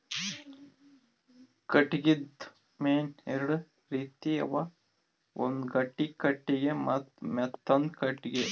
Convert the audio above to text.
ಕಟ್ಟಿಗಿದಾಗ್ ಮೇನ್ ಎರಡು ರೀತಿ ಅವ ಒಂದ್ ಗಟ್ಟಿ ಕಟ್ಟಿಗಿ ಮತ್ತ್ ಮೆತ್ತಾಂದು ಕಟ್ಟಿಗಿ